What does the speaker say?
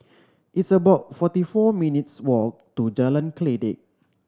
it's about forty four minutes' walk to Jalan Kledek